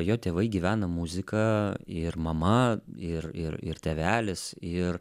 jo tėvai gyvena muzika ir mama ir ir ir tėvelis ir